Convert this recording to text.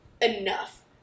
Enough